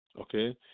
Okay